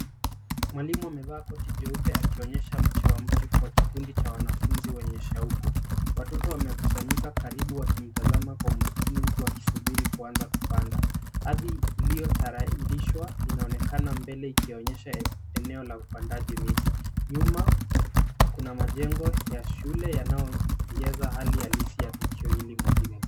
Mwalimu amevaa koti jeupe akionyesha mche wa mti kwa kikundi cha wanafunzi wenye shauku. Watoto wamekusanyika karibu wakimtanzama Kwa umakini huku wakisuburi kuanza kupanda. Ardhi iliyotayarishwa inaonekana mbele ikionyesha eneo la upandaji miti. Nyuma kuna majengo ya shule yanayoongeza hali halisi ya tukio hili muhimu.